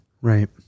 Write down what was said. Right